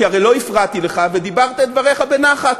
כי הרי לא הפרעתי לך ודיברת את דבריך בנחת.